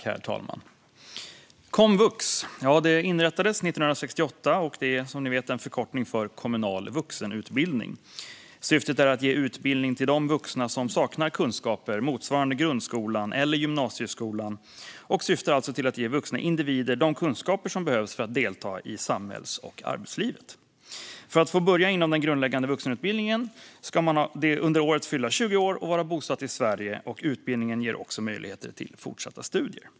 Herr talman! Komvux inrättades 1968, och ordet är, som ni vet, en förkortning av kommunal vuxenutbildning. Syftet är att ge utbildning till vuxna som saknar kunskaper motsvarande grundskolan eller gymnasieskolan och alltså att ge vuxna individer de kunskaper som behövs för att delta i samhälls och arbetslivet. För att få börja i den grundläggande vuxenutbildningen ska man under året fylla minst 20 år och vara bosatt i Sverige, och utbildningen ger också möjligheter till fortsatta studier.